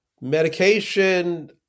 Medication